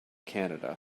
canada